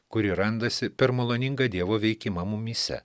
kuri randasi per maloningą dievo veikimą mumyse